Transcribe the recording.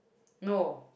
no